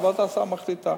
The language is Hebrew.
וועדת הסל מחליטה.